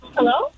Hello